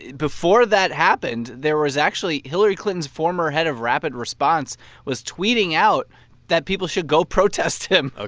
before that happened there was actually hillary clinton's former head of rapid response was tweeting out that people should go protest him. ah